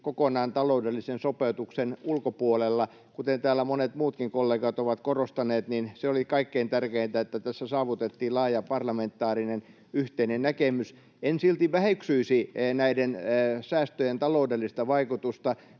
kokonaan taloudellisen sopeutuksen ulkopuolella. Kuten täällä monet muutkin kollegat ovat korostaneet, se oli kaikkein tärkeintä, että tässä saavutettiin laaja parlamentaarinen yhteinen näkemys. En silti väheksyisi näiden säästöjen taloudellista vaikutusta.